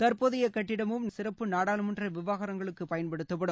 தற்போதைய கட்டிடமும் நாடாளுமன்ற சிறப்பு நாடாளுமன்ற விவகாரங்களுக்குப் பயன்படுத்தப்படும்